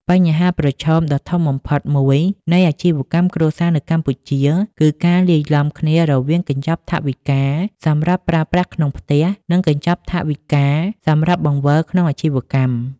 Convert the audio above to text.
បញ្ហាប្រឈមដ៏ធំបំផុតមួយនៃអាជីវកម្មគ្រួសារនៅកម្ពុជា គឺការលាយឡំគ្នារវាងកញ្ចប់ថវិកាសម្រាប់ប្រើប្រាស់ក្នុងផ្ទះ និងកញ្ចប់ថវិកាសម្រាប់បង្វិលក្នុងអាជីវកម្ម។